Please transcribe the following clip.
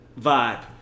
vibe